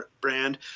brand